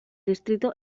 distrito